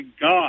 God